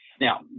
Now